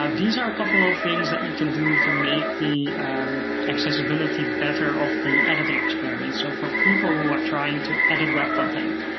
these are a couple of things that you can do to make the accessibility better of the editing experience, so for people who are trying to edit web content.